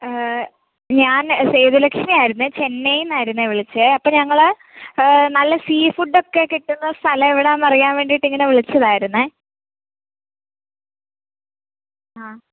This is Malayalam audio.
ഞാൻ സേതുലക്ഷ്മി ആയിരുന്നെ ചെന്നൈയിൽ നിന്ന് ആയിരുന്നു വിളിച്ചത് അപ്പോൾ ഞങ്ങൾ നല്ല സീ ഫുഡ് ഒക്കെ കിട്ടുന്ന സ്ഥലം എവിടെയാണെന്ന് അറിയാൻ വേണ്ടിയിട്ട് ഇങ്ങനെ വിളിച്ചതായിരുന്നു ആ